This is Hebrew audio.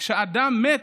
כשאדם מת,